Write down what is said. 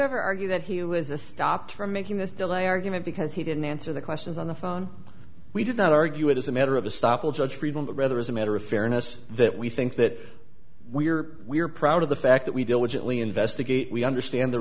ever argue that he was the stopped from making this delay argument because he didn't answer the questions on the phone we did not argue it as a matter of a stop will judge freedom but rather as a matter of fairness that we think that we are we are proud of the fact that we diligently investigate we understand the